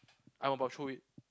I'm about throw it